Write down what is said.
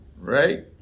right